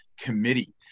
committee